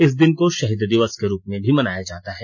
इस दिन को शहीद दिवस के रूप में भी मनाया जाता है